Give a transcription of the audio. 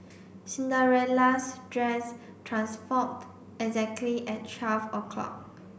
Cinderella's dress transformed exactly at twelve o'clock